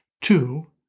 Two